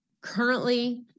currently